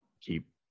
keep